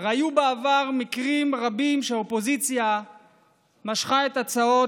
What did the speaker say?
הרי היו בעבר מקרים רבים שהאופוזיציה משכה את הצעות